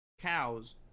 cows